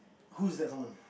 whose that someone